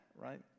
right